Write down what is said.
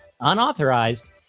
unauthorized